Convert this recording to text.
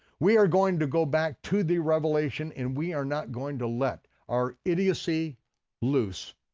we are going to go back to the revelation, and we are not going to let our idiocy loose.